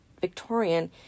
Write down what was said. Victorian